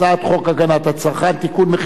זו הצעת חוק הגנת הצרכן (תיקון,